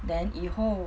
then 以后